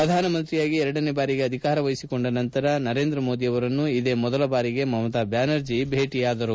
ಪ್ರಧಾನಮಂತ್ರಿಯಾಗಿ ಎರಡನೇ ಬಾರಿಗೆ ಅಧಿಕಾರ ವಹಿಸಿಕೊಂಡ ನಂತರ ನರೇಂದ್ರ ಮೋದಿ ಅವರನ್ನು ಇದೇ ಮೊದಲ ಬಾರಿಗೆ ಮಮತಾ ಬ್ಲಾನರ್ಜಿ ಭೇಟಿಯಾದರು